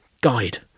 guide